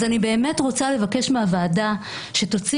אז אני באמת רוצה לבקש מהוועדה שתוציא